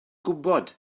gwybod